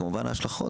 וכמובן ההשלכות.